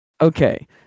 Okay